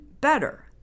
better